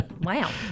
wow